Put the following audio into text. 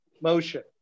motion